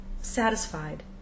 satisfied